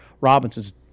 Robinson's